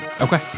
Okay